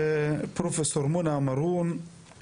פרופ' מונא מארון,